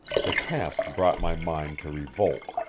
the task brought my mind to revolt.